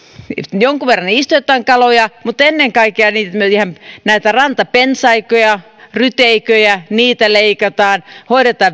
jonkin verran istutetaan kaloja mutta ennen kaikkea siihen että näitä rantapensaikkoja ja ryteikköjä leikataan vesistöjä hoidetaan